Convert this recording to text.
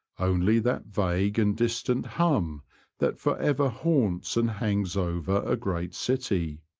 only that vague and distant hum that for ever haunts and hangs over a great city.